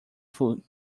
foot